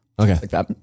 Okay